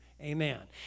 Amen